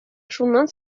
шуннан